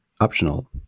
optional